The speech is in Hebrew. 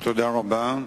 תודה רבה.